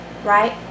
Right